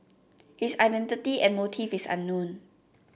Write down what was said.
his identity and motive is unknown